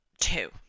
two